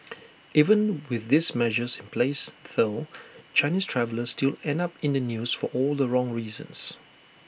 even with these measures in place though Chinese travellers still end up in the news for all the wrong reasons